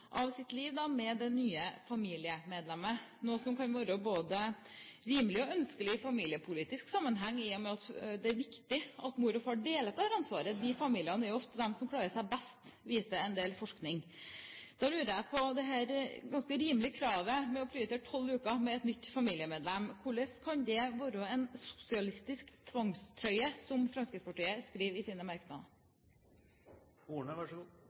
av sitt liv med det nye familiemedlemmet, noe som kan være både rimelig og ønskelig i familiepolitisk sammenheng, i og med at det er viktig at mor og far deler på dette ansvaret. Disse familiene er ofte dem som klarer seg best, viser en del forskning. Så da lurer jeg på hvordan dette ganske rimelige kravet med å prioritere 12 uker med et nytt familiemedlem kan være en «sosialistisk tvangstrøye», som Fremskrittspartiet skriver i sine